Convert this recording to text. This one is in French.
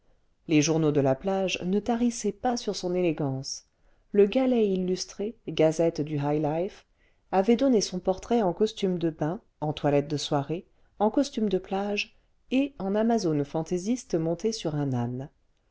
les journaux de la plage ne tarissaient pas sur son élégance le galet illustré gazette du high life avait donné son portrait en costume de bain en toilette de soirée en costume de plage et en amazone fantaisiste montée sur un âne